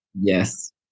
Yes